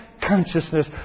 consciousness